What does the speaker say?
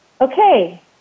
Okay